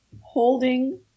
holding